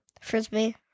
Frisbee